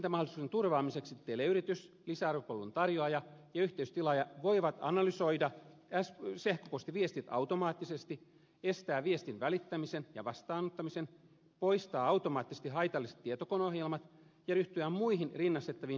viestintämahdollisuuden turvaamiseksi teleyritys lisäarvopalvelun tarjoaja ja yhteisötilaaja voivat analysoida sähköpostiviestit automaattisesti estää viestin välittämisen ja vastaanottamisen poistaa automaattisesti haitalliset tietokoneohjelmat ja ryhtyä muihin rinnastettaviin teknisluonteisiin toimenpiteisiin